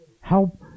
Help